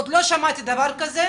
עוד לא שמעתי דבר כזה,